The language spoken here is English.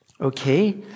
Okay